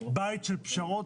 בית של הבנות ושל פשרות.